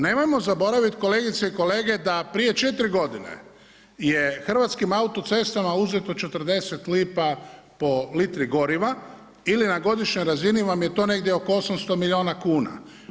Nemojmo zaboraviti kolegice i kolege da prije 4 godine je Hrvatskim autocestama uzeto 40 lipa po litri goriva ili na godišnjoj razini vam je to negdje oko 800 milijuna kuna.